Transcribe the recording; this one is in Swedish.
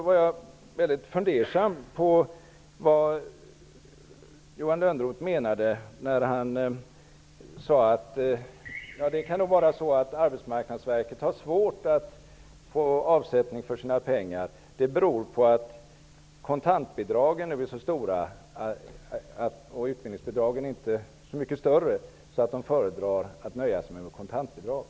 Jag blev väldigt fundersam på vad Johan Lönnroth menade, när han sade att Arbetsmarknadsverket har svårt att få avsättning för sina pengar. Det skulle bero på att kontantbidragen nu är så stora och utbildningsbidragen inte så mycket större att människorna föredrar kontantbidragen.